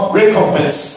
recompense